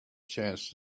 chance